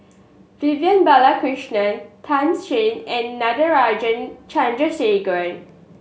Vivian Balakrishnan Tan Shen and Natarajan Chandrasekaran